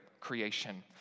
creation